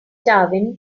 darwin